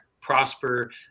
prosper